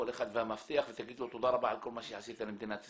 כל אחד והמפתח ותגיד לו תודה רבה על כל מה שעשית למדינת ישראל.